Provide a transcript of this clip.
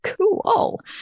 cool